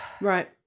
Right